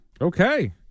Okay